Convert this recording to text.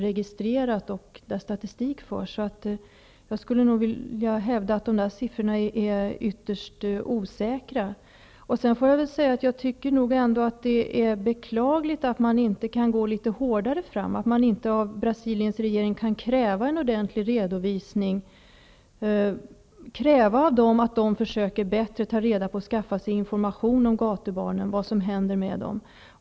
Dessa siffror är nog ytterst osäkra. Det är beklagligt att vi inte kan gå fram litet hårdare och kräva en ordentlig redovisning av Brasiliens regering. Vi borde kunna kräva av dem att bättre försöka skaffa sig information om gatubarnen och vad som händer med dem.